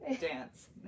dance